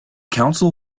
council